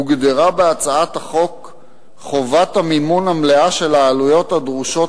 הוגדרה בהצעת החוק חובת המימון המלאה של העלויות הדרושות